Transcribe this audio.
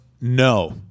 no